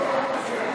הכנסת.